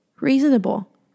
reasonable